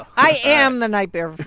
i am the nightmare